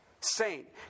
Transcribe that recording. saint